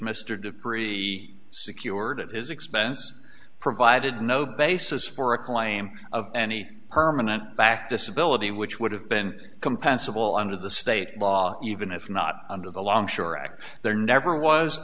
dupree secured it is expense provided no basis for a claim of any permanent back disability which would have been compensable under the state law even if not under the longshore act there never was